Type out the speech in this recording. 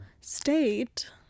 state